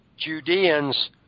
Judeans